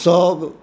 सभ